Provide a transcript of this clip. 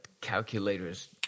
Calculator's